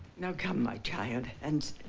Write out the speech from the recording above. now come my child and